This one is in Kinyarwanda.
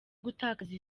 gutakaza